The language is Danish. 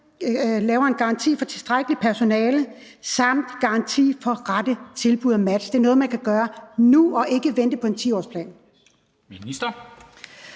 laver en garanti for tilstrækkeligt personale samt en garanti for rette tilbud og match. Det er noget, man kan gøre nu, i stedet for at vente på en 10-årsplan.